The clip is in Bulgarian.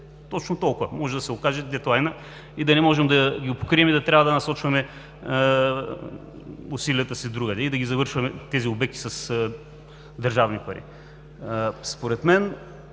точно толкова може да се окаже dedline (крайният срок), да не можем да ги покрием и да трябва да насочваме усилията си другаде и да завършваме тези обекти с държавни пари. Според мен